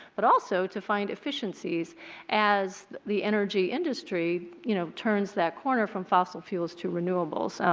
but also to find efficiencies as the energy industry, you know, turns that corner from fossil fuels to renewables.